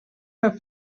per